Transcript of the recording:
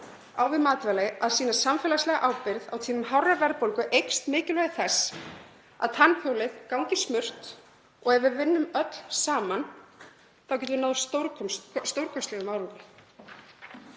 á við matvæli, að sýna samfélagslega ábyrgð. Á tímum hárrar verðbólgu eykst mikilvægi þess að tannhjólið gangi smurt og ef við vinnum öll saman þá getum við náð stórkostlegum árangri.